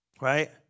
right